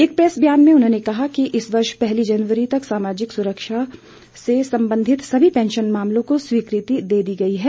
एक प्रैस ब्यान में उन्होंने कहा है कि इस वर्ष पहली जनवरी तक सामाजिक सुरक्षा से संबंधित सभी पैंशन मामलों को स्वीकृति दे दी गई है